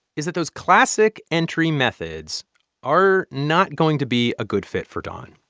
is that those classic entry methods are not going to be a good fit for dawn.